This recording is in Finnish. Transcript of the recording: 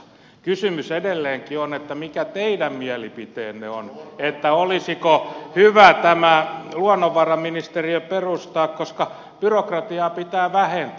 kysymys edelleenkin on mikä teidän mielipiteenne on olisiko hyvä tämä luonnonvaraministeriö perustaa koska byrokratiaa pitää vähentää